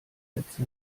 sätze